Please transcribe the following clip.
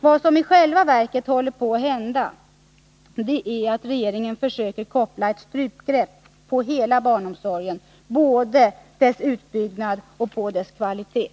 Vad som i själva verket håller på att hända är att regeringen försöker koppla ett strypgrepp på hela barnomsorgen, både dess utbyggnad och dess kvalitet.